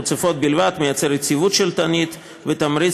הגבלה לשתי קדנציות רצופות בלבד מייצרת יציבות שלטונית ותמריץ